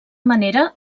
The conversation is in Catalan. manera